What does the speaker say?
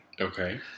Okay